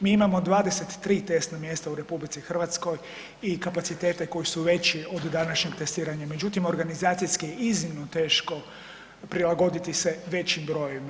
Mi imamo 23 testna mjesta u RH i kapacitete koji su veći od današnjeg testiranja, međutim organizacijski je iznimno teško prilagoditi se većim brojevima.